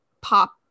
pop